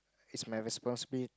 is my responsibility